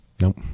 nope